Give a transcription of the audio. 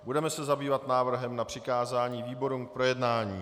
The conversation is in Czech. Budeme se zabývat návrhem na přikázání výborům k projednání.